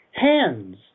Hands